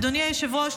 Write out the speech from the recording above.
אדוני היושב-ראש,